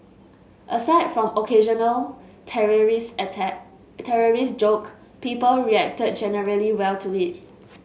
aside from occasional terrorist attack terrorist joke people reacted generally well to it